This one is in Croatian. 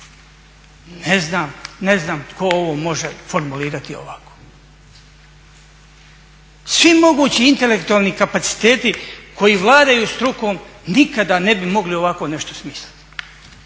ne znam tko ovo može formulirati ovako. Svi mogući intelektualni kapaciteti koji vladaju strukom nikad ne bi mogli ovako nešto smisliti.